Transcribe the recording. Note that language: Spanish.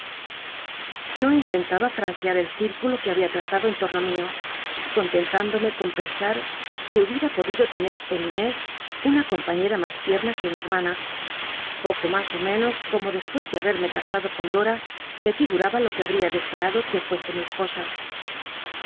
no intentaba franquea el círculo que había trazado en torno mio contcntündomc con pensa r que hubieta podido tenet en jné una compañera mas tierna que una hetmana poco mas ó menos como i dota me figuraba lo que habria deseado que fuese mi esposa